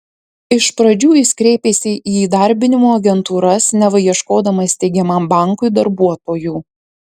iš pradžių jis kreipėsi į įdarbinimo agentūras neva ieškodamas steigiamam bankui darbuotojų